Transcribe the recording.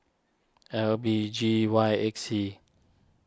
L B G Y eight C